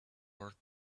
worth